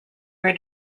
were